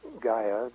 Gaia